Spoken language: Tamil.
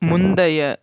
முந்தைய